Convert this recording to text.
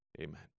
Amen